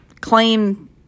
claim